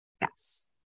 Yes